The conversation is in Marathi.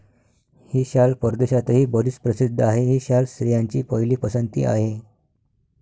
ही शाल परदेशातही बरीच प्रसिद्ध आहे, ही शाल स्त्रियांची पहिली पसंती आहे